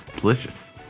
Delicious